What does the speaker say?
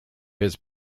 his